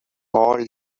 all